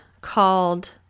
called